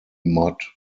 mudd